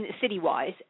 city-wise